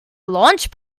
launch